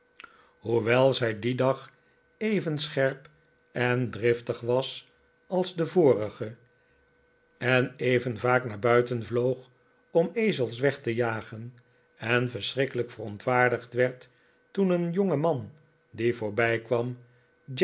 hoewel zij dien dag even scherp en driftig was als den vorigen en even vaak naar buiten vloog om ezels weg te jagen en verschrikkelijk verontwaardigd werd toen een jongeman die